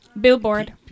Billboard